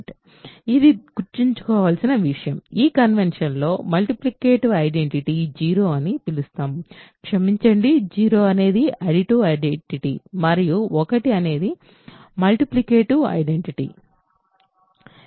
ఇది గుర్తుంచుకోవలసిన విషయం ఈ కన్వెన్షన్ లో మల్టిప్లికేటివ్ ఐడెంటిటీ 0 అని పిలుస్తాము క్షమించండి 0 అనేది ఆడిటివ్ ఐడెంటిటీ మరియు1 అనేది మల్టిప్లికేటివ్ ఐడెంటిటీ